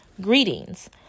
Greetings